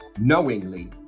knowingly